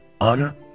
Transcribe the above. honor